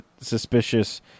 suspicious